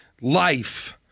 life